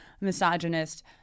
misogynist